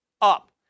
up